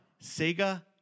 Sega